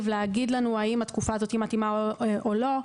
ולהגיד לנו האם התקופה הזאת מתאימה או לא.